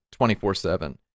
24/7